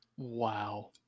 Wow